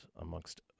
amongst